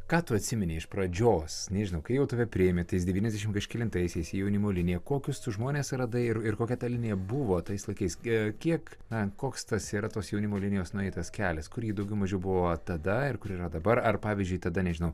ką tu atsimeni iš pradžios nežinau kai jau tave priėmė tais devyniasdešimt kažkelintaisiais į jaunimo liniją kokius tu žmones radai ir ir kokia ta linija buvo tais laikais gi kiek na koks tas yra tos jaunimo linijos nueitas kelias kur ji daugiau mažiau buvo tada ir kur yra dabar ar pavyzdžiui tada nežinau